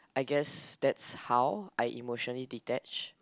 I guess that's how I emotionally detach